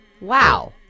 Wow